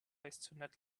interface